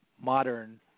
modern